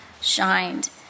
shined